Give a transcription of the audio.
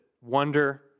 wonder